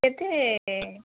କେତେ